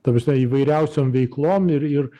ta prasme įvairiausiom veiklom ir ir